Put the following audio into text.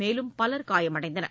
மேலும் பலர் காயமடைந்தனர்